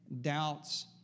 doubts